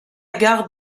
gare